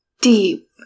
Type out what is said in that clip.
deep